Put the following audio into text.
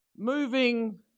moving